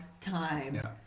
time